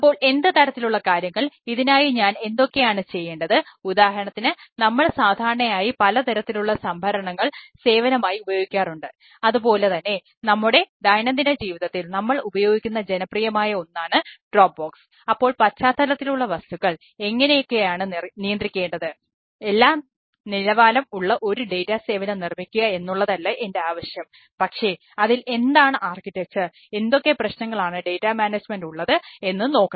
അപ്പോൾ എന്ത് തരത്തിലുള്ള കാര്യങ്ങൾ ഇതിനായി ഞാൻ എന്തൊക്കെയാണ് ചെയ്യേണ്ടത് ഉദാഹരണത്തിന് നമ്മൾ സാധാരണയായി പലതരത്തിലുള്ള സംഭരണങ്ങൾ സേവനമായി ഉപയോഗിക്കാറുണ്ട് അതുപോലെതന്നെ നമ്മുടെ ദൈനംദിന ജീവിതത്തിൽ നമ്മൾ ഉപയോഗിക്കുന്ന ജനപ്രിയമായ ഒന്നാണ് ട്രോപ്ബോക്സ് ഉള്ളത് എന്ന് നോക്കണം